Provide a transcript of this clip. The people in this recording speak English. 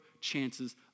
chances